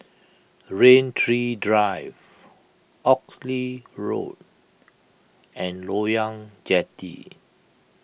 Rain Tree Drive Oxley Road and Loyang Jetty